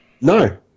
No